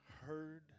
heard